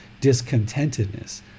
discontentedness